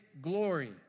glory